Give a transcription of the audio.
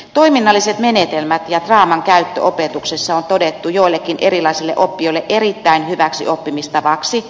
toiminnalliset menetelmät ja draaman käyttö opetuksessa on todettu joillekin erilaisille oppijoille erittäin hyväksi oppimistavaksi